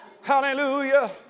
Hallelujah